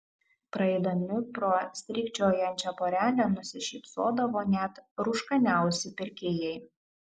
praeidami pro strykčiojančią porelę nusišypsodavo net rūškaniausi pirkėjai